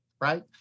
Right